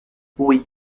oui